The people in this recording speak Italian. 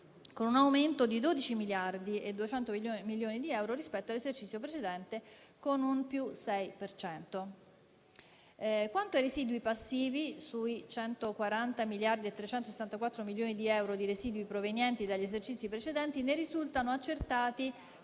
con un aumento di 12.200 milioni di euro rispetto all'esercizio precedente, con un più 6 per cento. Quanto ai residui passivi, sui 140.364 milioni di euro provenienti dagli esercizi precedenti, ne risultano accertati